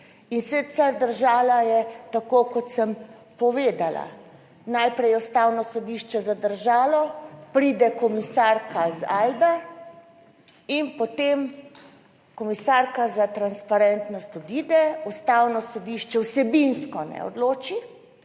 in sicer držala je tako kot sem povedala; najprej je Ustavno sodišče zadržalo, pride komisarka iz Aide in potem komisarka za transparentnost odide, Ustavno sodišče vsebinsko ne odloči,